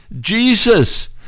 Jesus